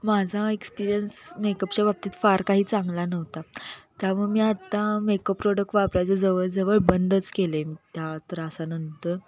माझा एक्सपिरियन्स मेकअपच्या बाबतीत फार काही चांगला नव्हता त्यामुळे मी आत्ता मेकअप प्रोडक्ट वापरायचं जवळजवळ बंदच केले त्या त्रासानंतर